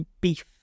beef